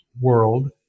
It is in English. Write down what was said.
World